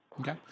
Okay